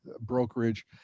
brokerage